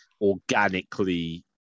organically